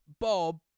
Bob